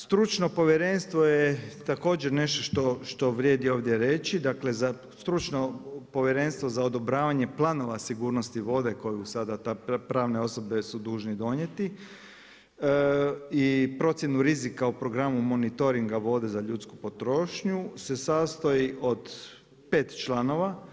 Stručno povjerenstvo je također nešto što vrijedi ovdje reći, dakle za stručno povjerenstvo za odobravanje planova sigurnosti vode koju sada te pravne osobe su dužni donijeti i procjenu rizika o programu monitoringa vode za ljudsku potrošnju se sastoji od 5 članova.